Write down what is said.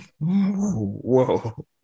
Whoa